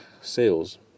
sales